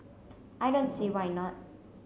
I don't see why not